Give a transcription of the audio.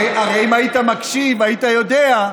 היושב-ראש, נשיא המדינה, אתה לא מגן על הנשיא?